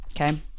okay